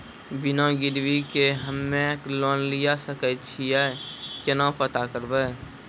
बिना गिरवी के हम्मय लोन लिये सके छियै केना पता करबै?